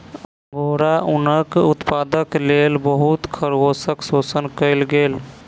angora ऊनक उत्पादनक लेल बहुत खरगोशक शोषण कएल गेल